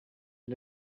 and